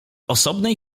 osobnej